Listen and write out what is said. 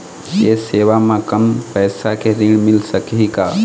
ये सेवा म कम पैसा के ऋण मिल सकही का?